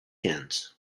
cans